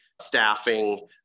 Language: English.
staffing